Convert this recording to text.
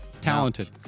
Talented